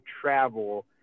travel